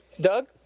Doug